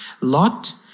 Lot